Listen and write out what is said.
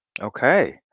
Okay